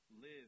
live